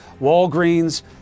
Walgreens